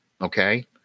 Okay